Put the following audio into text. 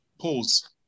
Pause